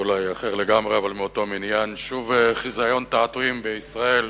זה אולי נושא אחר לגמרי אבל מאותו מניין: שוב חזיון תעתועים בישראל.